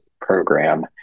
program